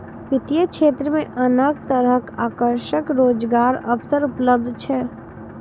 वित्तीय क्षेत्र मे अनेक तरहक आकर्षक रोजगारक अवसर उपलब्ध छै